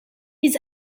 his